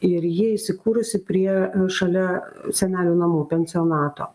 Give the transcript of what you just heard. ir ji įsikūrusi prie šalia senelių namų pensionato